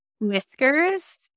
whiskers